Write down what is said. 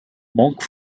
monk